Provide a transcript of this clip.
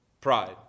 Pride